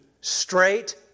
straight